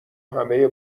همه